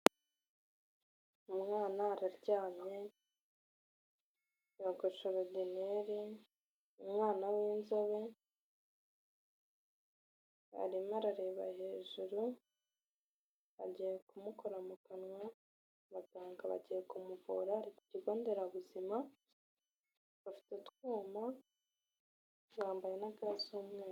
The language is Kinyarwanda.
Umwana araryamye, yogoshe orodineli, umwana w'inzobe, arimo arareba hejuru, bagiye kumukora mu kanwa, abaganga bagiye kumuvura ari ku kigo nderabuzima, bafite utwuma bambaye na ga z'umweru.